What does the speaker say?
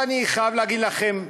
אני חייב להגיד לכם,